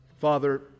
Father